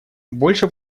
больше